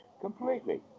completely